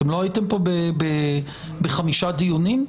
אתם לא הייתם פה בחמישה דיונים?